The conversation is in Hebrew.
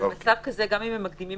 גם אם הם מקדימים